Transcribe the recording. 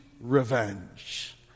revenge